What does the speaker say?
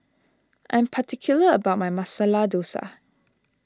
I am particular about my Masala Dosa